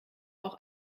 auch